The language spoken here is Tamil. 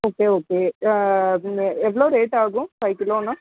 ஓகே ஓகே இந்த எவ்வளோ ரேட் ஆகும் ஃபைவ் கிலோன்னால்